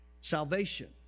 Salvation